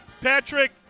Patrick